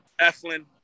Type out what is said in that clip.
Eflin